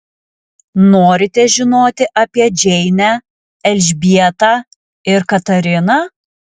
norite žinoti apie džeinę elžbietą ir katariną